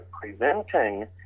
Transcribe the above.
preventing